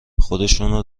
خودشونو